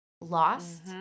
lost